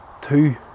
two